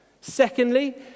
Secondly